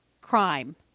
crime